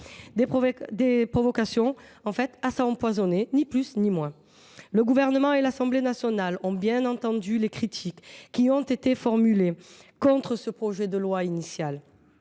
les provocations à s’empoisonner, ni plus ni moins. Le Gouvernement et l’Assemblée nationale ont bien entendu les critiques formulées, notamment par le Sénat, contre le projet de loi initial,